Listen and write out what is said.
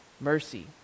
mercy